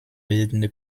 bildende